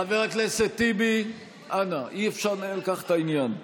חבר הכנסת טיבי, אנא, אי-אפשר לנהל כך את העניין.